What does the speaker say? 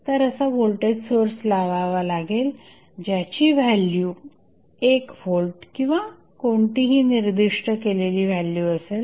तर असा voltage source लावावा लागेल ज्याची व्हॅल्यू 1 व्होल्ट किंवा कोणतीही निर्दिष्ट केलेली व्हॅल्यू असेल